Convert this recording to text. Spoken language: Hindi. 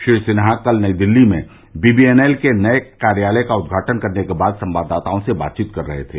श्री सिन्हा ने कल नई दिल्ली में बीबीएनएल के नये कार्यालय का उद्घाटन करने के बाद संवाददाताओं से बातचीत कर रहे थे